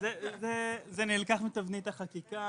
זה נלקח מתבנית החקיקה.